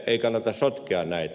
ei kannata sotkea näitä